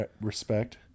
respect